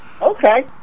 Okay